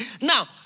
Now